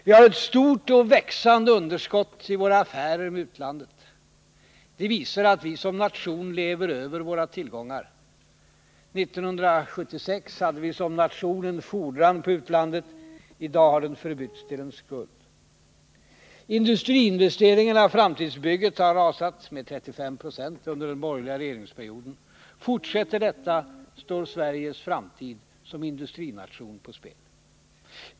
Vi har ett stort och växande underskott i våra affärer med utlandet. Det visar att vi som nation lever över våra tillgångar. 1976 hade vi som nation en fordran på utlandet. I dag har den förbytts till en skuld. Industriinvesteringarna — framtidsbygget — har rasat med 35 26 under den borgerliga regeringsperioden. Fortsätter detta står Sveriges framtid som industrination på spel.